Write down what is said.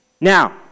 Now